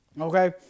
Okay